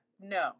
No